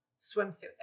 swimsuit